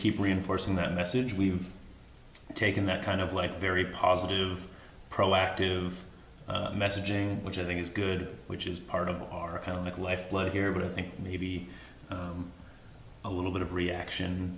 keep reinforcing that message we've taken that kind of like very positive proactive messaging which i think is good which is part of our kind of like lifeblood here but i think maybe a little bit of reaction